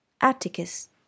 Atticus